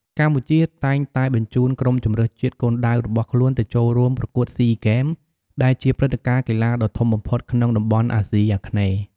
កម្ពុជាតែងតែបញ្ជូនក្រុមជម្រើសជាតិគុនដាវរបស់ខ្លួនទៅចូលរួមប្រកួតស៊ីហ្គេម ដែលជាព្រឹត្តិការណ៍កីឡាដ៏ធំបំផុតក្នុងតំបន់អាស៊ីអាគ្នេយ៍។